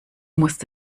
musst